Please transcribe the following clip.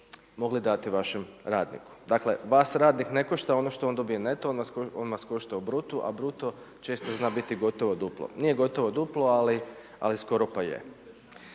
mogli dati vašem radniku. Dakle vas radnik ne košta ono što on dobije neto, on vas košta u bruto a bruto često zna biti gotovo duplo. Nije gotovo duplo ali skoro pa je.